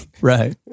Right